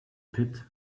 pit